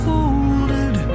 Folded